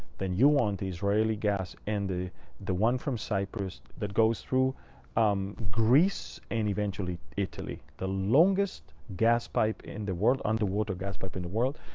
then you want israeli gas, and the the one from cyprus that goes through um greece and eventually italy, the longest gas pipe in the world, underwater gas pipe in the world.